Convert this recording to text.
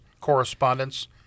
correspondence